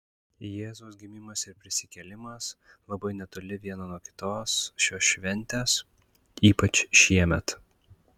jėzaus gimimas ir prisikėlimas labai netoli viena nuo kitos šios šventės ypač šiemet